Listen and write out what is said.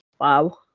wow